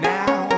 now